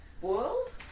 world